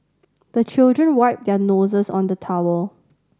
the children wipe their noses on the towel